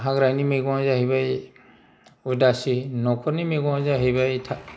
हाग्रानि मैगंआ जाहैबाय उदासि न'फोरनि मैगंआ जाहैबाय